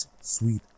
sweet